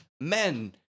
men